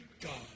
God